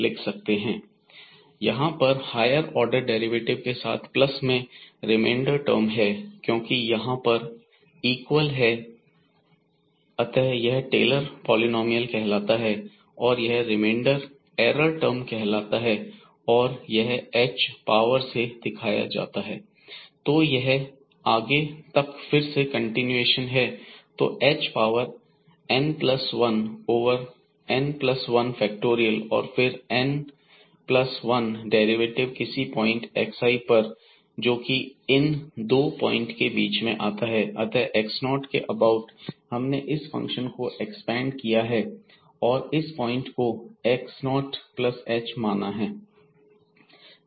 fnx0Rn यहां पर higher order derivative के साथ प्लस में रिमेंडर टर्म है क्योंकि यहां पर इक्वल है अतः यह टेलर पॉलिनॉमियल कहलाता है और यह रिमेंडर एरर टर्म है और यह h पावर से दिखाया जाता है तो यह आगे तक फिर से कंटिन्यूएशन है तो h power n plus 1 over n plus 1 factorial और फिर n प्लस 1 डेरिवेटिव किसी पॉइंट xi पर जोकि इन 2 पॉइंट के बीच में आता है अतः x0 के अबाउट हमने इस फंक्शन को एक्सपेंड किया है और इस पॉइंट को x 0 प्लस h माना है Rnhn1n1